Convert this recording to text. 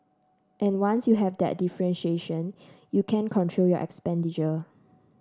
and once you have that differentiation you can control your expenditure